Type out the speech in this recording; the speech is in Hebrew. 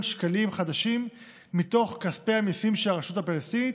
שקלים חדשים מתוך כספי המיסים של הרשות הפלסטינית.